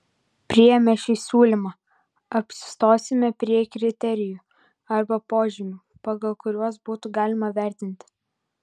priėmę šį siūlymą apsistosime prie kriterijų arba požymių pagal kuriuos būtų galima vertinti